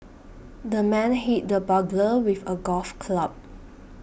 the man hit the burglar with a golf club